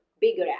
bigger